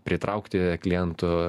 pritraukti klientų